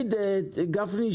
גפני,